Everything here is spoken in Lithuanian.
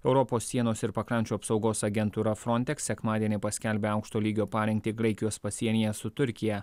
europos sienos ir pakrančių apsaugos agentūra frontex sekmadienį paskelbė aukšto lygio parengtį graikijos pasienyje su turkija